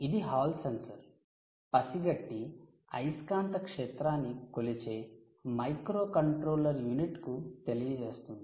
ఇది Hall sensor పసిగట్టి అయస్కాంత క్షేత్రాన్ని కొలిచే మైక్రోకంట్రోలర్ యూనిట్ కు తెలియజేస్తుంది